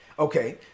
Okay